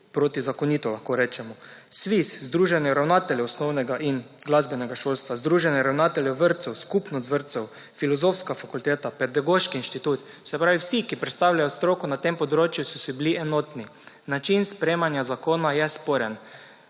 protizakonito lahko rečemo. SVIZ, Združenje ravnateljev osnovnega in glasbenega šolstva, Združenje ravnateljev vrtcev, skupnost vrtcev, filozofska fakulteta, pedagoški inštitut, se pravi vsi, ki predstavljajo stroko na tem področju so si bili enotni. Način sprejemanja zakona je sporen,